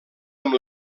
amb